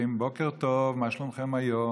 באים: בוקר טוב, מה שלומכם היום?